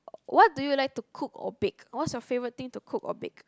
what do you like to cook or bake what's you favorite thing to cook or bake